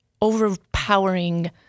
overpowering